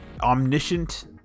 omniscient